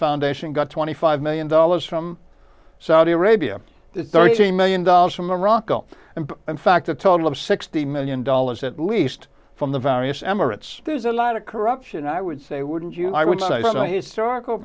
foundation got twenty five million dollars from saudi arabia thirteen million dollars from morocco and in fact a total of sixty million dollars at least from the various emirates there's a lot of corruption i would say wouldn't you know i would say the historical